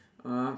uh